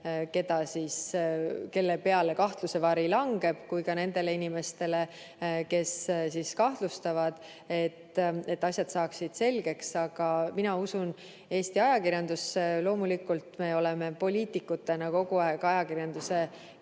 kelle peale kahtlusevari langeb, kui ka nendele inimestele, kes kahtlustavad – et asjad saaksid selgeks. Aga mina usun Eesti ajakirjandusse. Loomulikult me oleme poliitikutena kogu aeg ajakirjanduse